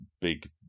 big